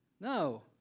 No